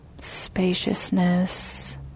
spaciousness